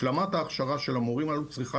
השלמת ההכשרה של המורים האלה צריכה